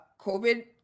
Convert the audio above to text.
covid